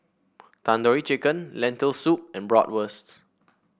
Tandoori Chicken Lentil Soup and Bratwurst